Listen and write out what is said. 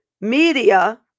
Media